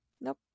Nope